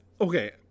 Okay